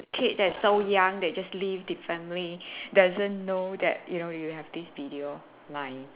a kid that is so young they just leave the family doesn't know that you know you have this video lying